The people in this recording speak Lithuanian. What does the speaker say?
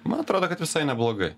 man atrodo kad visai neblogai